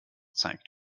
zeigt